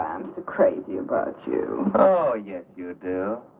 i'm crazy about you oh yes you do